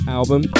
album